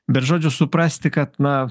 bet žodžiu suprasti kad va